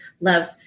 love